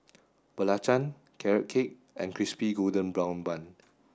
Belacan carrot cake and crispy golden brown bun